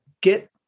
Get